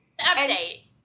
Update